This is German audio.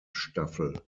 staffel